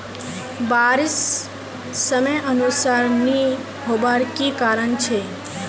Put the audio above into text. बारिश समयानुसार नी होबार की कारण छे?